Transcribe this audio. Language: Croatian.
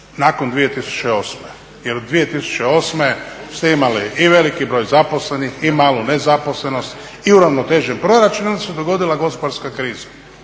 nakon 2008. Jer 2008. ste imali i veliki broj zaposlenih i malu nezaposlenost i uravnotežen proračun. I onda se dogodila gospodarska kriza